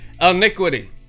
iniquity